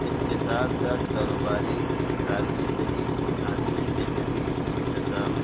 اس کے ساتھ ساتھ کاروباری کارکردگی کو جانچنے کے جدید انتظام